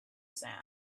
sound